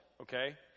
Okay